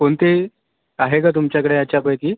कोणते आहे का तुमच्याकडे याच्यापैकी